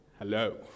Hello